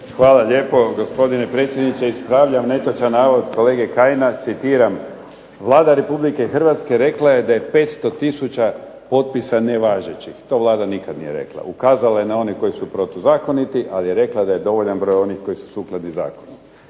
Hvala lijepo. Gospodine predsjedniče, ispravljam netočan navod kolege Kajina. Citiram: "Vlada Republike Hrvatske rekla je da je 500000 potpisa nevažećih." To Vlada nikad nije rekla. Ukazala je na one koji su protuzakoniti, ali je rekla da je dovoljan broj onih koji su sukladni zakonu.